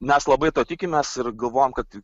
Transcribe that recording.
mes labai to tikimės ir galvojam kad